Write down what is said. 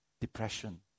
Depression